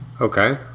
Okay